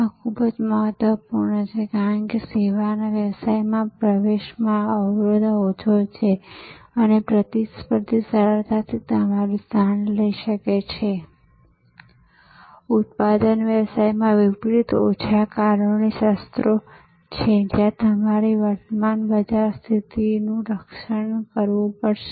તેથી fast food શ્રૃંખલા એક પ્રકારના નેટવર્કનું પ્રતિનિધિત્વ કરે છે ભોજનાલય અને રસ્તાની બાજુમાં ફેરિયાઓ અથવા ઉડુપી ભોજનાલય સહિત અન્ય પ્રકારનું નેટવર્ક અને આ ડબ્બાવાલા તેઓ બીજા નેટવર્કનું પ્રતિનિધિત્વ કરે છે